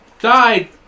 died